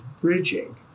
bridging